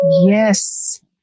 Yes